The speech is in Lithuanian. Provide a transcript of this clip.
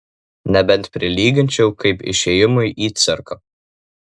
nebent prilyginčiau kaip išėjimui į cirką